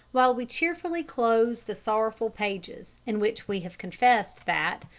while we cheerfully close the sorrowful pages in which we have confessed that,